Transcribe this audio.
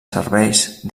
serveis